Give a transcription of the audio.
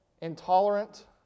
intolerant